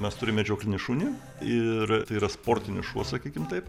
mes turime medžioklinį šunį ir tai yra sportinis šuo sakykim taip